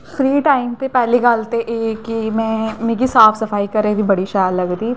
free time ते पैह्ली गल्ल ते एह् कि में मिगी साफ सफाई घरै दी बड़ी शैल लगदी ऐ